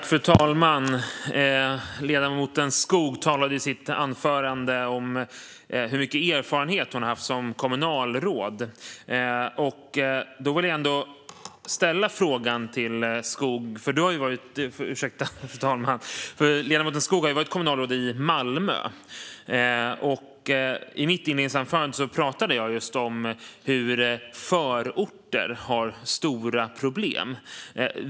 Fru talman! Ledamoten Skog talade i sitt anförande om hur mycket erfarenhet hon har som kommunalråd. Jag vill ställa en fråga till ledamoten Skog, som har varit kommunalråd i Malmö. I mitt inledningsanförande pratade jag om hur förorter har stora problem.